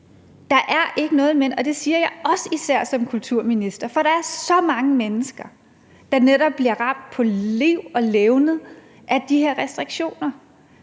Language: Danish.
der er ikke noget men. Det siger jeg også især som kulturminister, for der er så mange mennesker, der netop bliver ramt på deres liv og levned er de her restriktioner.